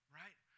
right